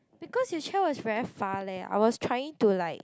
because the chair was very far leh I was trying to like